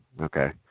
okay